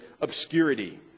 obscurity